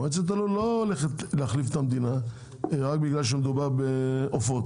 מועצת הלול לא הולכת להחליף את המדינה רק בגלל שמדובר בעופות,